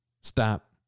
stop